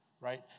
right